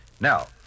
now